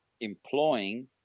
employing